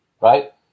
right